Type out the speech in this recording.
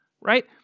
right